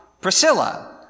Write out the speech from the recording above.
Priscilla